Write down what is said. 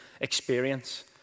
experience